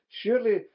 Surely